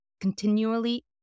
continually